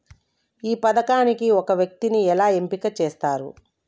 ఈ పథకానికి ఒక వ్యక్తిని ఎలా ఎంపిక చేస్తారు?